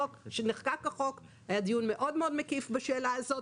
כאשר נחקק החוק ב-2016 היה דיון מקיף מאוד בשאלה הזאת,